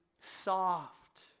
soft